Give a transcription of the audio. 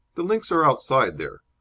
the links are outside there.